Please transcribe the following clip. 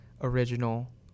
original